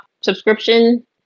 subscription